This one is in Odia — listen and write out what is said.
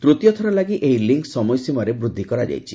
ତୂତୀୟଥର ଲାଗି ଏହି ଲିଙ୍କ୍ ସମୟସୀମାରେ ବୃଦ୍ଧି କରାଯାଇଛି